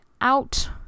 out